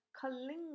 Kalinga